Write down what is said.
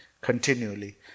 continually